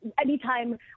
anytime